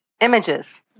images